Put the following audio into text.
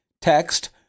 text